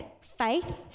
faith